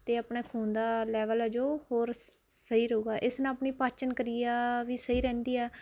ਅਤੇ ਆਪਣੇ ਖੂਨ ਦਾ ਲੈਵਲ ਹੈ ਜੋ ਹੋਰ ਸ ਸਹੀ ਰਹੇਗਾ ਇਸ ਨਾਲ ਆਪਣੀ ਪਾਚਨ ਕਿਰਿਆ ਵੀ ਸਹੀ ਰਹਿੰਦੀ ਆ